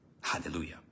hallelujah